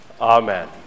Amen